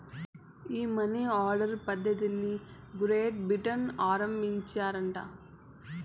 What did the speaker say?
ఈ money order పద్ధతిది Great Britain ల ఆరంబించినారట